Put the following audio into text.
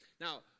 now